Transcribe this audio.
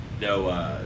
no